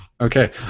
Okay